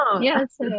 Yes